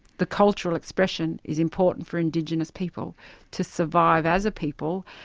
the cultural expression, is important for indigenous people to survive as a people,